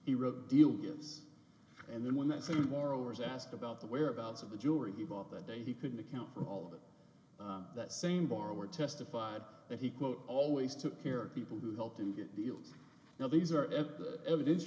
he wrote deal gives and then when i said moreover as asked about the whereabouts of the jewelry he bought that day he couldn't account for all of it that same borrower testified that he quote always took care of people who helped him get deals now these are the evidence